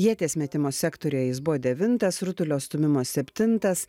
ieties metimo sektoriuje jis buvo devintas rutulio stūmimo septintas